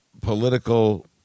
political